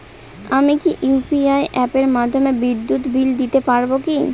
আমি কি ইউ.পি.আই অ্যাপের মাধ্যমে বিদ্যুৎ বিল দিতে পারবো কি?